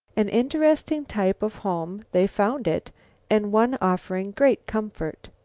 an interesting type of home they found it and one offering great comfort.